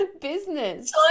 business